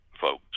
folks